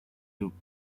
louvre